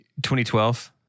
2012